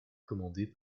commandée